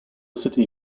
city